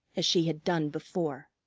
as she had done before.